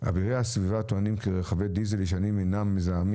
אבירי הסביבה טוענים כי רכבי דיזל ישנים מזהמים.